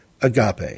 agape